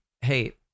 hey